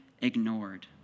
ignored